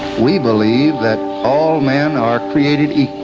we believe that all men are created equal,